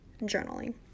journaling